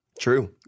True